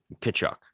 Kachuk